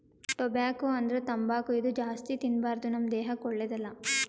tobacco ಅಂದ್ರ ತಂಬಾಕ್ ಇದು ಜಾಸ್ತಿ ತಿನ್ಬಾರ್ದು ನಮ್ ದೇಹಕ್ಕ್ ಒಳ್ಳೆದಲ್ಲ